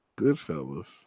Goodfellas